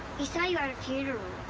we saw you at a